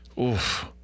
oof